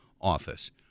office